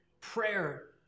Prayer